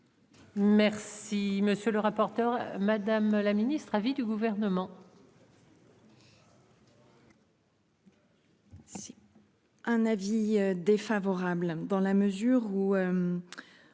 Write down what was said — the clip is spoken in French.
Merci monsieur le rapporteur, madame la ministre. Avis du gouvernement.